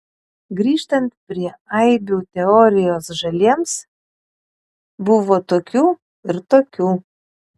grįžtant prie aibių teorijos žaliems buvo tokių ir tokių